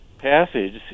passage